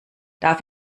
darf